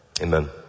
amen